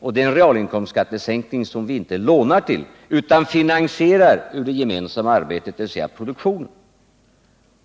Det är en realinkomstskattesänkning som vi inte lånar till utan finansierar ur det gemensamma arbetet, dvs. produktionen.